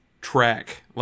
track